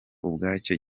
ubwacyo